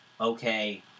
okay